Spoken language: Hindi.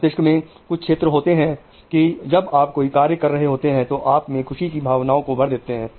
मस्तिष्क में कुछ क्षेत्र होते हैं कि जब आप कोई कार्य कर रहे होते हैं तो आप में खुशी की भावनाओं को भर देते हैं